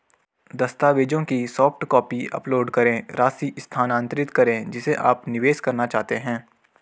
दस्तावेजों की soft copy upload करें, राशि स्थानांतरित करें जिसे आप निवेश करना चाहते हैं